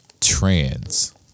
trans